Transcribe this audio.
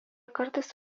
kartais